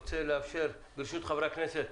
ברשות חברי הכנסת,